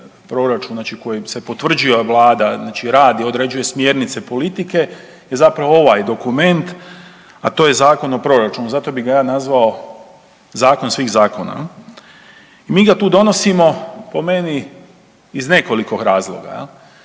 proračun kojim se potvrđuje vlada znači rad i određuje smjernice politike je zapravo ovaj dokument, a to je Zakon o proračunu. Zato bi ga ja nazvao zakon svih zakona. I mi ga tu donosimo po meni iz nekoliko razloga,